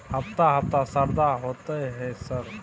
हफ्ता हफ्ता शरदा होतय है सर?